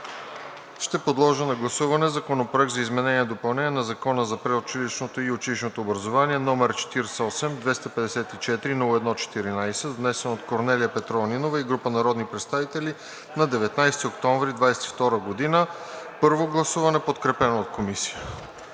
Ще подложа на гласуване Законопроект за изменение и допълнение на Закона за предучилищното и училищното образование № 48-254-01-14, внесен от Корнелия Петрова Нинова и група народни представители на 19 октомври 2022 г. – първо гласуване, подкрепен от Комисията.